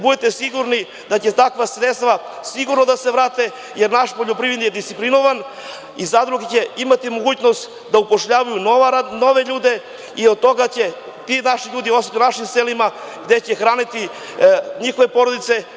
Budite sigurni da će takva sredstva sigurno da se vrate, jer naš poljoprivrednik je disciplinovan i zadruge će imati mogućnost da upošljavaju nove ljude i ti naši ljudi će ostati u selima, gde će hraniti porodice.